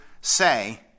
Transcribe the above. say